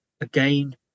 again